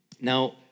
Now